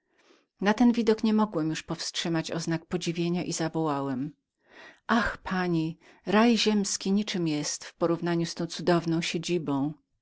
na ten widok niemogłem już powstrzymać oznak podziwienia i zawołałem ach pani raj ziemski niczem jest w porównaniu z